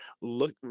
look